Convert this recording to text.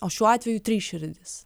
o šiuo atveju trys širdys